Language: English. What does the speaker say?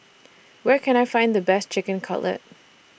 Where Can I Find The Best Chicken Cutlet